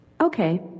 Okay